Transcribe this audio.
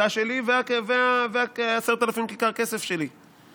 אתה שלי ועשרת אלפים כיכר כסף שלי,